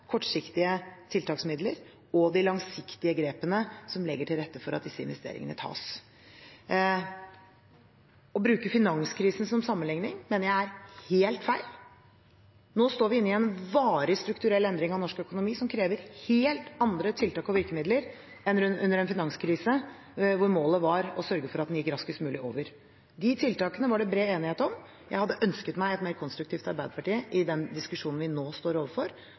kortsiktige tiltaksmidler og de langsiktige grepene som legger til rette for at disse investeringene tas. Å bruke finanskrisen som sammenligning mener jeg er helt feil. Nå står vi inne i en varig, strukturell endring av norsk økonomi, som krever helt andre tiltak og virkemidler enn under en finanskrise, hvor målet var å sørge for at den gikk raskest mulig over. De tiltakene var det bred enighet om. Jeg hadde ønsket meg et mer konstruktivt arbeiderparti i den diskusjonen vi nå står overfor,